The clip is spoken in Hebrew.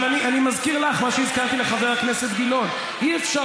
אבל אני מזכיר לך מה שהזכרתי לחבר הכנסת גילאון: אי-אפשר